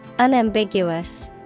Unambiguous